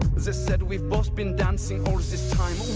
just said we've both been dancing all this time.